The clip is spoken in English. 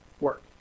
work